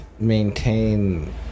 maintain